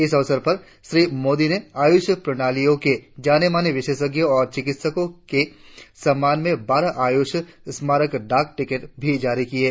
इस अवसर पर श्री मोदी ने आयुष प्रणालियों के जाने माने विशेषज्ञों और चिकित्सकों के सम्मान में बारह आयुष स्मारक डॉक टिकट भी जारी किये